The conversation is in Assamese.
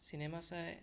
চিনেমা চাই